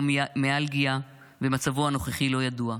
פיברומיאלגיה, ומצבו הנוכחי לא ידוע.